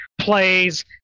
plays